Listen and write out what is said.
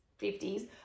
50s